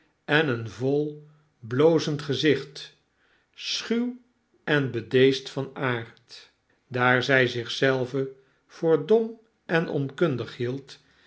en een vol blozend gezicht schuw en bedeesd van aard daar zij zich zelve voor dom en onkundig hield